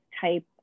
type